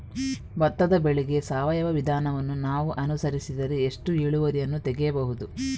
ಭತ್ತದ ಬೆಳೆಗೆ ಸಾವಯವ ವಿಧಾನವನ್ನು ನಾವು ಅನುಸರಿಸಿದರೆ ಎಷ್ಟು ಇಳುವರಿಯನ್ನು ತೆಗೆಯಬಹುದು?